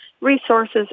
resources